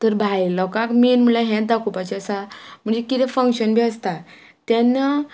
तर भायल्या लोकांक मेन म्हणल्यार हेंच दाखोवपाचें आसा म्हणजे किदें फंक्शन बी आसता तेन्ना